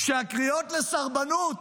כשהקריאות לסרבנות